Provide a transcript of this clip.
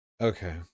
okay